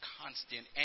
constant